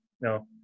No